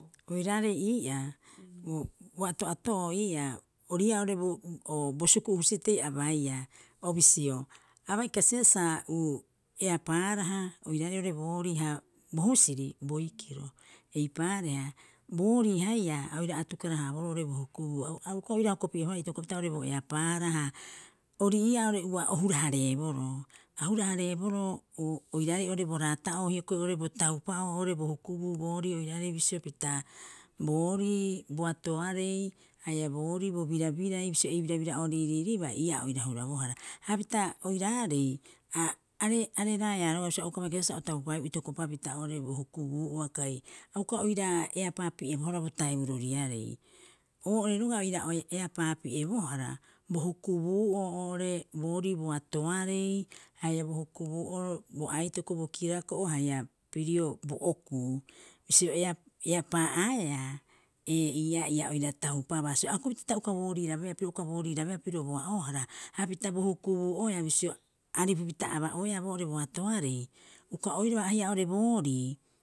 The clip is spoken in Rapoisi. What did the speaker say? Oiraarei ii'aa, bo ato'ato'oo ii'aa, ori ii'aa oo'ore bo suku'u husitei a baiia, o bisio abai kasibaa sa uu eapaaraha oiraarei oo'ore boorii ha bo husiri, boikiro. Eipaareha, boorii haia a oira atukara- haaboroo oo'ore bo hukubuu, a uka oira hokopi'ebohara itokopapita bo eapaahara ha ori ii'aa oo'ore ua o hura- haareeboroo. A hura- hareeboroo uu oiraarei oo'ore bo raata'oo hioko'i oo'ore bo taupa'oo oo'ore bo hukubuu boorii oiraarei bisio pita, boorii boatoarei haia boorii bo birabirai bisio ei birabira'oo riiriiriiibaa ia a oira hurabohara. Hapita oiraarei areraeaa rogaa bisio auka bai kasibaa sa o taupaeeu itokopapita oo'ore bo hukubuu'ua, kai a uka oiraae eapaa pi'ebohara bo taiburoriarei. Oo'ore roga'a ia oira eapaa pi'ebohara, bo hukubuu'oo oo'ore boorii boatoarei haia bo hukubuu'oro bo aitoko bo kirako'o haia pirio bo okuu. Bisio eap, eapaa'aeaa ee ii'aa ia oira taupabaa so'e a kukupita ta uka booriirabeea piro uka booriirabeea piro boa'oohara hapita bo hukubuu'oea bisio, aripupita aba'oeaa boorii boatoarei, uka oiraba haia oo'ore boorii.